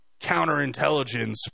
counterintelligence